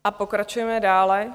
A pokračujeme dále.